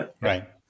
Right